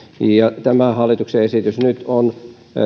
tämä hallituksen esitys nyt on